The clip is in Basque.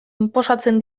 inposatzen